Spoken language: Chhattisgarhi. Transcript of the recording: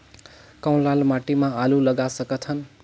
कौन लाल माटी म आलू लगा सकत हन?